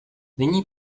nyní